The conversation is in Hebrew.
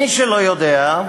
מי שלא יודע,